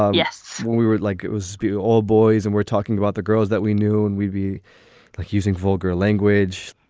um yes. we would like it was you all boys and we're talking about the girls that we knew and we'd be like using vulgar language.